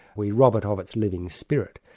we rob it of its living spirit.